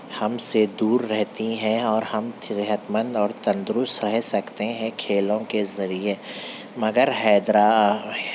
ہم سے دور رہتی ہیں اور ہم صحت مند اور تندرست رہ سکتے ہیں کھیلوں کے ذریعے مگر حیدر